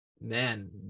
man